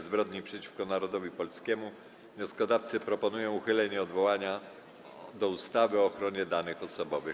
Zbrodni przeciwko Narodowi Polskiemu wnioskodawcy proponują uchylenie odwołania do ustawy o ochronie danych osobowych.